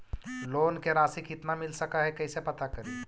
Loan के रासि कितना मिल सक है कैसे पता करी?